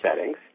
settings